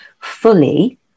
fully